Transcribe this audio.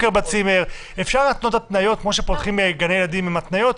שעד 25% מתקציבן מתוקצב מהמדינה,